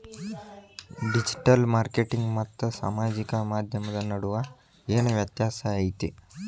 digital marketing ಮತ್ತ ಸಾಮಾಜಿಕ ಮಾಧ್ಯಮದ ನಡುವ ಏನ್ ವ್ಯತ್ಯಾಸ ಐತಿ